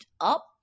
up